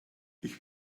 ich